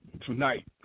tonight